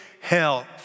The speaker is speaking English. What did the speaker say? health